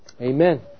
Amen